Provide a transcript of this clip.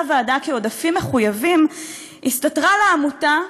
הוועדה כעודפים מחויבים הסתתרה לה עמותה,